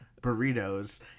burritos